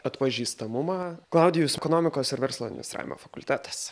atpažįstamumą klaudijus ekonomikos ir verslo administravimo fakultetas